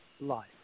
life